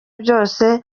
byose